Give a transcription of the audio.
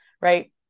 right